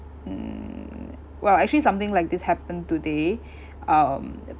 mm well actually something like this happen today um